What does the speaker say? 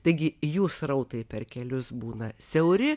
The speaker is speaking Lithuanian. taigi jų srautai per kelius būna siauri